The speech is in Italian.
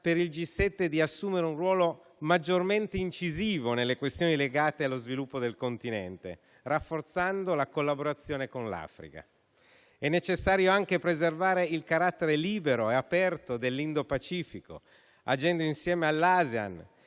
per il G7, di assumere un ruolo maggiormente incisivo nelle questioni legate allo sviluppo del continente, rafforzando la collaborazione con l'Africa. È necessario anche preservare il carattere libero ed aperto dell'Indo-Pacifico, agendo insieme all'ASEAN